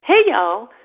hey, y'all.